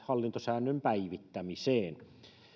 hallintosäännön päivittämiseen